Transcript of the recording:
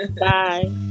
bye